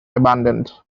abandoned